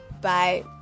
bye